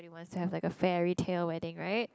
we must have like a fairy tale wedding right